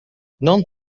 non